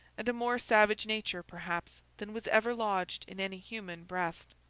and a more savage nature perhaps than was ever lodged in any human breast.